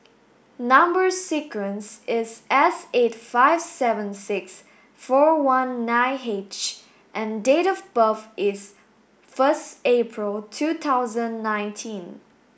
number sequence is S eight five seven six four one nine H and date of birth is first April two thousand nineteen